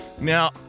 Now